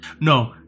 No